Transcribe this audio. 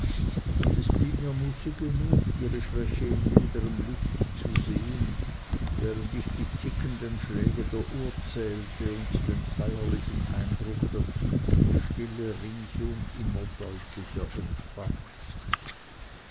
und es blieb mir muße genug ihre schwäche in milderm licht zu sehen während ich die tickenden schläge der uhr zählte und den feierlichen eindruck der tiefen stille ringsum immer deutlicher empfand